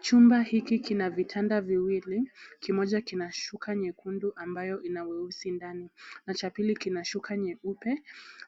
Chumba hiki kina vitanda viwili, kimoja kina shuka nyekundu ambayo ina weusi ndani na cha pili kina shuka nyeupe.